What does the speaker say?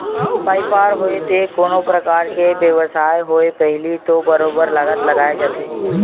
बइपार होवय ते कोनो परकार के बेवसाय होवय पहिली तो बरोबर लागत लगाए जाथे